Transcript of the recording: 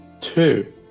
Two